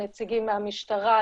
הנציגים מהמשטרה,